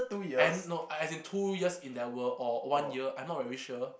and no as in two years in that world or one year I'm not very sure